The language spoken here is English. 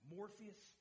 Morpheus